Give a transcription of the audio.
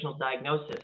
diagnosis